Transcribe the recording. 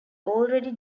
already